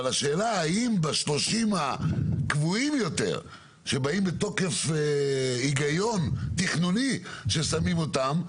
אבל השאלה האם ב-30 הקבועים יותר שבאים מתוקף היגיון תכנוני ששמים אותם,